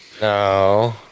No